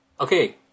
okay